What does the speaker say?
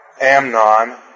Amnon